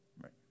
Right